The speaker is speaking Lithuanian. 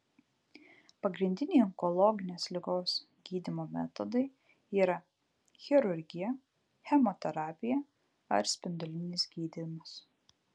pagrindiniai onkologinės ligos gydymo metodai yra chirurgija chemoterapija ar spindulinis gydymas